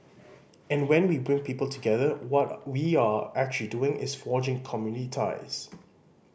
and when we bring people together what we are actually doing is forging community ties